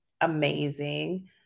amazing